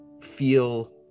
feel